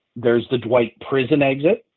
there's the dwight prison exit,